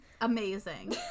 Amazing